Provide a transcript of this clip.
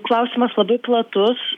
klausimas labai platus